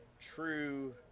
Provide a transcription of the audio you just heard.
true